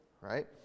right